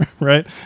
right